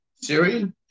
Siri